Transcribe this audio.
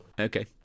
Okay